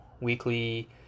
weekly